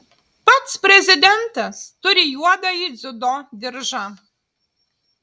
pats prezidentas turi juodąjį dziudo diržą